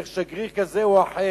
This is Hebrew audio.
דרך שגריר כזה או אחר,